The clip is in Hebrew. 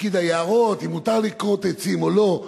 פקיד היערות, אם מותר לכרות עצים או לא.